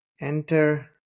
enter